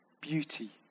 beauty